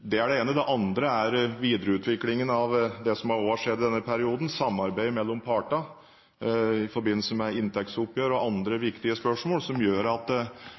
Det er det ene. Det andre er videreutviklingen av det som også har skjedd i denne perioden, samarbeidet mellom partene i forbindelse med inntektsoppgjør og andre viktige spørsmål, som gjør at